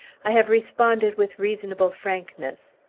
i have responded with reasonable frankness.